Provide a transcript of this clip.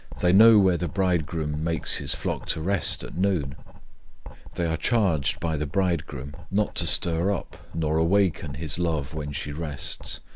they know where the bridegroom makes his flock to rest at noon they are charged by the bridegroom not to stir up nor awaken his love when she rests,